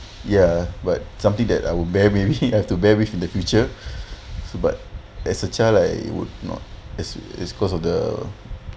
ya but something that I will bear maybe I have to bear with in the future but as a child I would not is is because of the